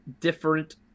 different